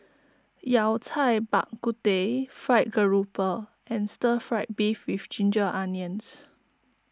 Yao Cai Bak Kut Teh Fried Garoupa and Stir Fried Beef with Ginger Onions